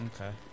Okay